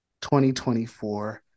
2024